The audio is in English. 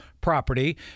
property